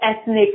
ethnic